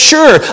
Sure